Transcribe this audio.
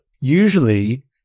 Usually